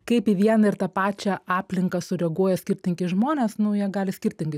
kaip į vieną ir tą pačią aplinką sureaguoja skirtingi žmonės nu jie gali skirtingai